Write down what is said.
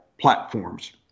platforms